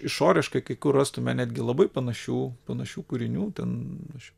išoriškai kai kur rastume netgi labai panašių panašių kūrinių ten aš